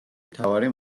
მთავარი